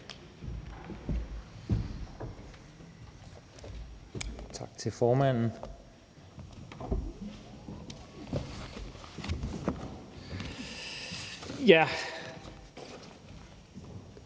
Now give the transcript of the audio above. Tak til formanden. Det